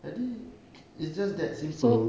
jadi it's just that simple